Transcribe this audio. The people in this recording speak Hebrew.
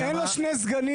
אין לו שני סגנים